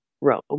Rome